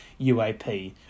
UAP